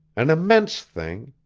an immense thing.